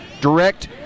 Direct